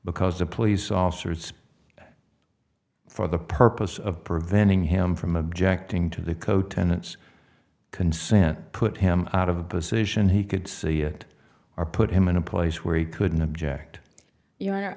because the police officers for the purpose of preventing him from objecting to the co tenants consent put him out of the position he could see it or put him in a place where he couldn't object y